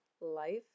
life